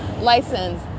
license